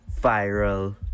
viral